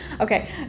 okay